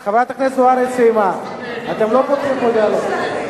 את לא עוזרת להם בזה,